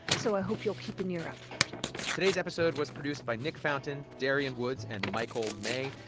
so i hope you'll keep an ear out for it today's episode was produced by nick fountain, darian woods and michael may.